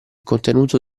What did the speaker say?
contenuto